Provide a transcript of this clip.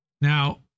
Now